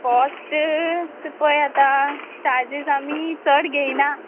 cost पळय आतां charges आमी चड घेयना